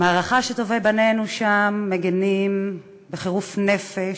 מערכה שטובי בנינו שם מגינים בחירוף נפש,